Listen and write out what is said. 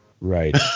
Right